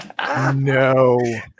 no